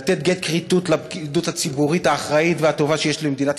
לתת גט כריתות לפקידות הציבורית האחראית והטובה שיש למדינת